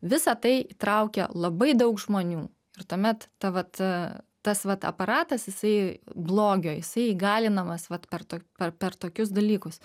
visa tai įtraukia labai daug žmonių ir tuomet ta vat tas vat aparatas jisai blogio jisai įgalinamas vat per to per tokius dalykus